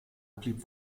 blieb